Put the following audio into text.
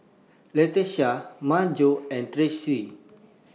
Latesha Maryjo and Tressie